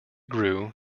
grew